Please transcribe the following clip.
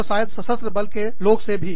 और शायद सशस्त्र बलों के लोगों से भी